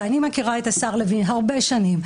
אני מכירה את השר לוין הרבה שנים.